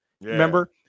remember